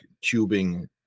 tubing